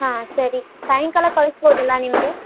ಹಾಂ ಸರಿ ಸಾಯಂಕಾಲ ಕಳಿಸ್ಬೋದಲಾ ನಿಮಗೆ